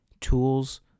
Tools